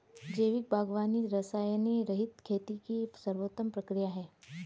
जैविक बागवानी रसायनरहित खेती की सर्वोत्तम प्रक्रिया है